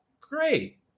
Great